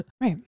Right